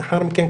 לאחר מכן,